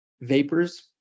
Vapors